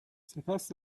سپس